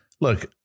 look